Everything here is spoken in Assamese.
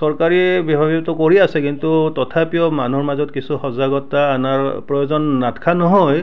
চৰকাৰী বিভাগেতো কৰি আছে কিন্তু তথাপিও মানুহৰ মাজত কিছু সজাগতা অনাৰ প্ৰয়োজন নথকা নহয়